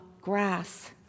grass